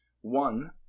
One